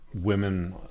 women